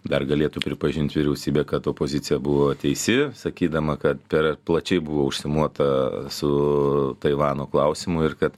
dar galėtų pripažint vyriausybė kad opozicija buvo teisi sakydama kad per plačiai buvo užsimota su taivano klausimu ir kad